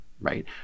right